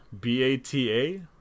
b-a-t-a